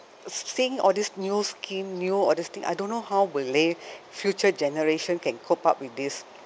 seeing all this new scheme new all those thing I don't know how will they future generation can cope up with this